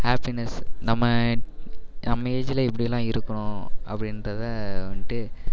happiness நம்ம நம்ம ஏஜ்ஜில் எப்படியெல்லாம் இருக்கணும் அப்படின்றதை வந்துட்டு